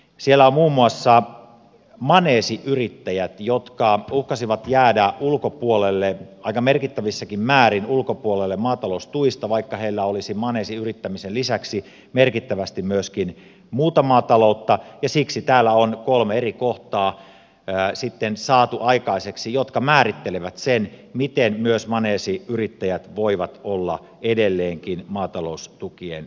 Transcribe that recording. siellä on muun muassa maneesiyrittäjät jotka uhkasivat jäädä ulkopuolelle aika merkittävissäkin määrin maataloustuista vaikka heillä olisi maneesiyrittämisen lisäksi merkittävästi myöskin muuta maataloutta ja siksi täällä on sitten saatu aikaiseksi kolme eri kohtaa jotka määrittelevät sen miten myös maneesiyrittäjät voivat olla edelleenkin maataloustukien saajina